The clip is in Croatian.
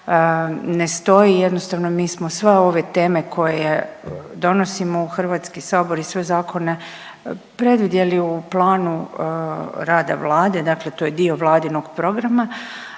ne stoji, jednostavno, mi smo sva ove teme koje donosimo u HS i sve zakone predvidjeli u planu rada Vlada, dakle to je dio Vladinog programa,